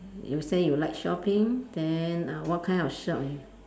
you say you like shopping then uh what kind of shop you